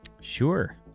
Sure